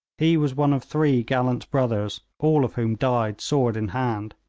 he was one of three gallant brothers, all of whom died sword in hand.